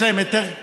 יש להם היתר כללי,